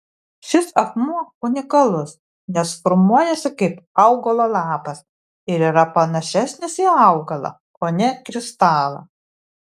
šis akmuo unikalus nes formuojasi kaip augalo lapas ir yra panašesnis į augalą o ne kristalą